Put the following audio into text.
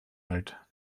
alt